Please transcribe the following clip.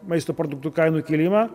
maisto produktų kainų kilimą